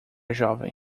jovem